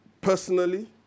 personally